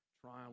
trial